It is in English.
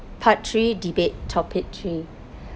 part three debate topic three